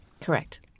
Correct